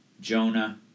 Jonah